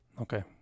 Okay